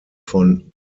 von